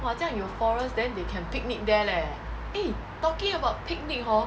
!wah! 这样有 forest then they can picnic there leh eh talking about picnic hor